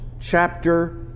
chapter